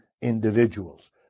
individuals